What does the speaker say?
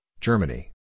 Germany